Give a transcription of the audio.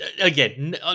Again